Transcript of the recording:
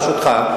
ברשותך,